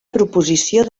proposició